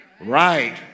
Right